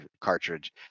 cartridge